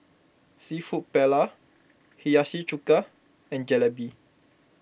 Seafood Paella Hiyashi Chuka and Jalebi